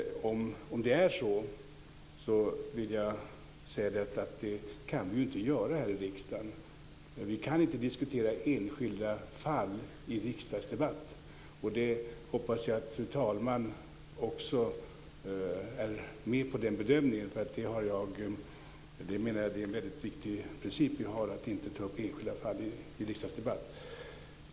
Om det är så, vill jag säga att det kan vi inte göra här i riksdagen. Vi kan inte diskutera enskilda fall i riksdagsdebatten. Jag hoppas att fru talman också är med på den bedömningen. Jag menar att det är en väldigt viktig princip vi har att inte ta upp enskilda fall i riksdagsdebatten.